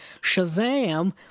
Shazam